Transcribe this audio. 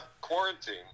quarantine